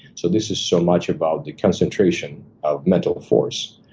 so this is so much about the concentration of mental force.